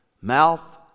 Mouth